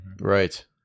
Right